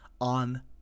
on